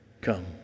come